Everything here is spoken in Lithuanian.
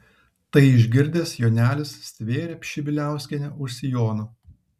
tai išgirdęs jonelis stvėrė pšibiliauskienę už sijono